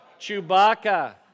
Chewbacca